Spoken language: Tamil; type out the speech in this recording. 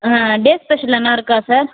டே ஸ்பெஷல் எதுனா இருக்கா சார்